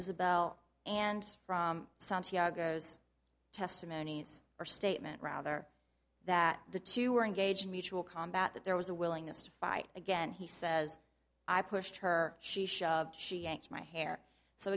isabel and from some testimonies or statement rather that the two were engaged in mutual combat that there was a willingness to fight again he says i pushed her she she yanked my hair so